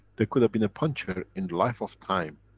there could have been a puncture in life of time.